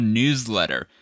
newsletter